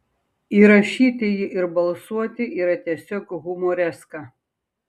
įrašyti jį ir balsuoti yra tiesiog humoreska